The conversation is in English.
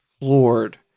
floored